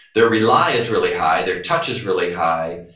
their rely is really high, their touch is really high,